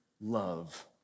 love